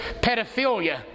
pedophilia